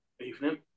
evening